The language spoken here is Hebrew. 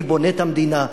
אני בונה את המדינה,